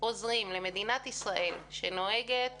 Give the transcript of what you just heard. עוזרים למדינת ישראל, שנוהגת